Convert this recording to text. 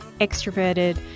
extroverted